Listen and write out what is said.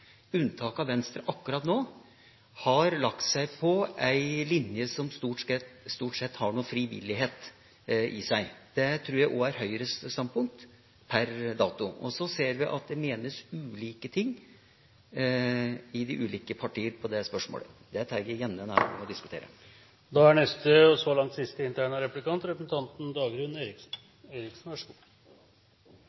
unntak av Venstre, akkurat nå, har lagt seg på en linje som stort sett har noe frivillighet i seg. Det tror jeg også er Høyres standpunkt per dato. Så ser vi at det menes ulike ting i de ulike partier om det spørsmålet. Det